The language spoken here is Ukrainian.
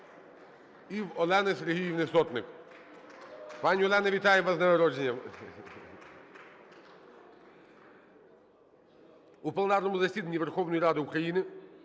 І в Олени Сергіївни Сотник.